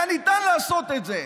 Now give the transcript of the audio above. היה ניתן לעשות את זה.